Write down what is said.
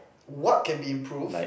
what can be improved